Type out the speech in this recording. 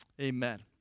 Amen